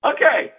Okay